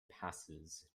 passes